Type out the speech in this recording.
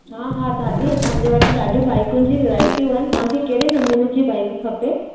हा हा दादी असांजे वटि ॾाढी बाइकुनि जी वैरायटियूं आहिनि तव्हांखे कहिड़े नमूने जी बाइक खपे